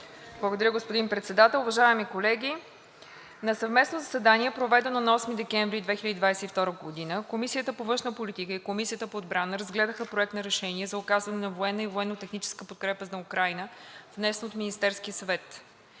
Благодаря, господин Председател. Уважаеми колеги! На съвместно заседание, проведено на 8 декември 2022 г., Комисията по външна политика и Комисията по отбрана разгледаха Проект на решение за оказване на военна и военно-техническа подкрепа на Украйна, внесен от Министерския съвет.